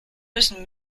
müssen